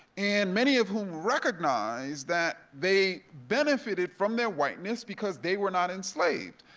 and many of whom recognized that they benefited from their whiteness because they were not enslaved.